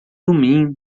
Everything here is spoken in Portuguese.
tumim